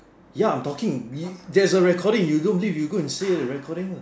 ya I'm talking we there's a recording you don't believe you go and see the recording lah